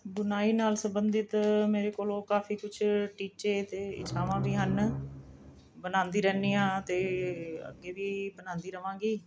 ਬੁਨਾਈ ਨਾਲ ਸੰਬੰਧਿਤ ਮੇਰੇ ਕੋਲੋਂ ਕਾਫੀ ਕੁਝ ਟੀਚੇ ਅਤੇ ਇੱਛਾਵਾਂ ਵੀ ਹਨ ਬਣਾਉਂਦੀ ਰਹਿਨੀ ਹਾਂ ਅਤੇ ਅੱਗੇ ਵੀ ਬਣਾਉਂਦੀ ਰਵਾਂਗੀ